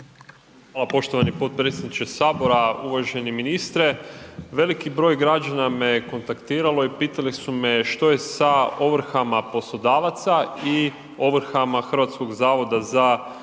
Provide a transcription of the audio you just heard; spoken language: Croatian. Hvala poštovani potpredsjedniče Sabora. Uvaženi ministre. Veliki broj građana me kontaktiralo i pitali su me što je sa ovrhama poslodavaca i ovrhama HZMO-a koji se ne